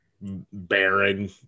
Baron